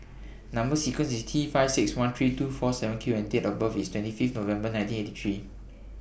Number sequence IS T five six one three two four seven Q and Date of birth IS twenty Fifth November nineteen eighty three